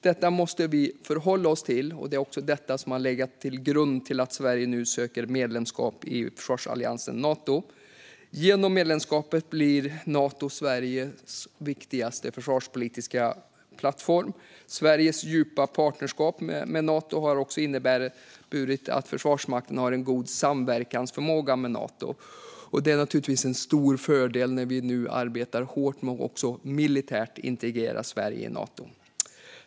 Detta måste vi förhålla oss till. Det är också detta som har legat till grund för att Sverige nu ansöker om medlemskap i försvarsalliansen Nato. Genom medlemskapet blir Nato Sveriges viktigaste försvarspolitiska plattform. Sveriges djupa partnerskap med Nato har också inneburit att Försvarsmakten har god samverkansförmåga med Nato. Det är en stor fördel när vi nu arbetar hårt med att också militärt integrera Sverige i Nato.